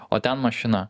o ten mašina